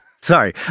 Sorry